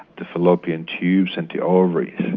the fallopian tubes and the ovaries.